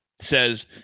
says